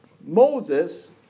Moses